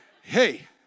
Hey